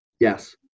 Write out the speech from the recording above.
Yes